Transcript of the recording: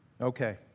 Okay